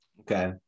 Okay